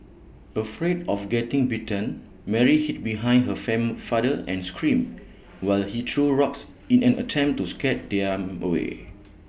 afraid of getting bitten Mary hid behind her fan father and screamed while he threw rocks in an attempt to scare them away